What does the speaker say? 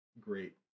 great